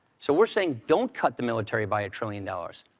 so we're saying don't cut the military by a trillion dollars,